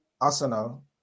Arsenal